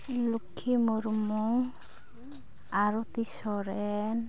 Lakshmi Murmu Arati Soren